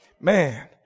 Man